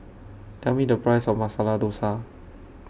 Tell Me The Price of Masala Dosa